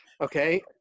Okay